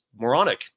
moronic